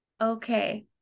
Okay